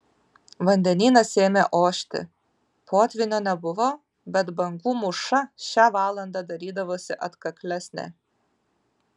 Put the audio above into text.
vandenynas ėmė ošti potvynio nebuvo bet bangų mūša šią valandą darydavosi atkaklesnė